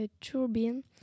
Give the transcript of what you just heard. turbine